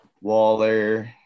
Waller